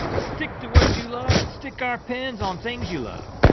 stick to what you love and stick our pins on things you love.